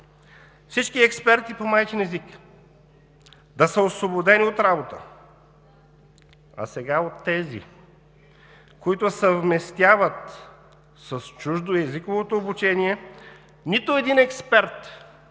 всички експерти по майчин език да са освободени от работа? А сега от тези, които съвместяват с чуждоезиковото обучение, нито един експерт от